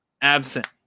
absent